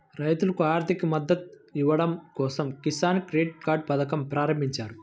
రైతులకు ఆర్థిక మద్దతు ఇవ్వడం కోసం కిసాన్ క్రెడిట్ కార్డ్ పథకం ప్రారంభించారు